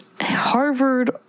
Harvard